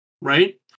right